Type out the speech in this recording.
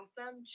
awesome